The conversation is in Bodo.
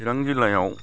चिरां जिल्लायाव